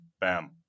bam